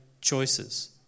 choices